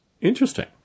Interesting